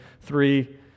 three